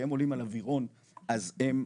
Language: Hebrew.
שהם עולים על אווירון אז הם,